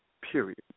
period